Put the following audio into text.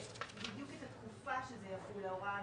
בדיוק את התקופה שזה יחול, ההוראה המיוחדת,